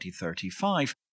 2035